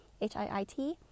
H-I-I-T